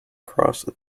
across